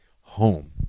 home